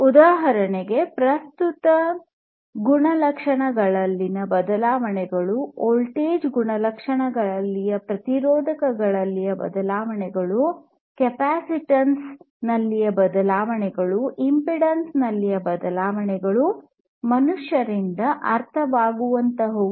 ಉದಾಹರಣೆಗೆ ಪ್ರಸ್ತುತ ಗುಣಲಕ್ಷಣಗಳಲ್ಲಿನ ಬದಲಾವಣೆಗಳು ವೋಲ್ಟೇಜ್ ಗುಣಲಕ್ಷಣಗಳಲ್ಲಿನ ಪ್ರತಿರೋಧದಲ್ಲಿನ ಬದಲಾವಣೆಗಳು ಕೆಪಾಸಿಟೆನ್ಸ್ ನಲ್ಲಿನ ಬದಲಾವಣೆಗಳು ಇಂಪಿಡೆನ್ಸ್ ನಲ್ಲಿನ ಬದಲಾವಣೆಗಳು ಮನುಷ್ಯರಿಂದ ಅರ್ಥವಾಗುವಂತಹವು